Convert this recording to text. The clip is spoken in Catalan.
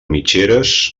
mitgeres